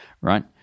right